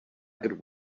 got